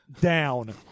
down